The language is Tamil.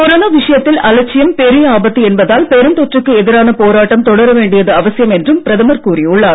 கொரோனா விஷயத்தில் அலட்சியம் பெரிய பெருந்தொற்றுக்கு எதிரான போராட்டம் தொடர வேண்டியது அவசியம் என்றும் பிரதமர் கூறியுள்ளார்